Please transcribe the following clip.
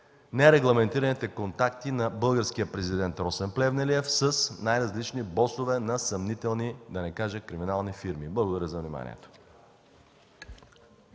нерегламентираните контакти на българския президент Росен Плевнелиев с най-различни босове на съмнителни, да не кажа криминални фирми. Благодаря за вниманието.